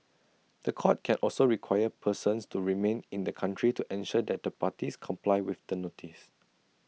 The Court can also require persons to remain in the country to ensure that the parties comply with the notice